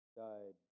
died